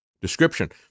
description